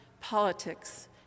politics